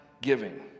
giving